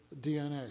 DNA